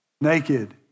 naked